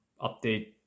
update